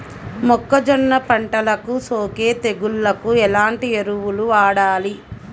మొక్కజొన్న పంటలకు సోకే తెగుళ్లకు ఎలాంటి ఎరువులు వాడాలి?